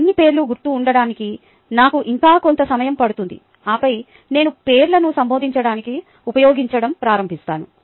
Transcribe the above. అన్ని పేర్లు గుర్తు ఉండటానికి నాకు ఇంకా కొంత సమయం పడుతుంది ఆపై నేను పేర్లను సంబోదించడానికి ఉపయోగించడం ప్రారంభిస్తాను